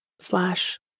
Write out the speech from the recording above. Slash